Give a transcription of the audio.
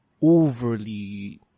overly